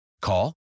Call